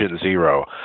zero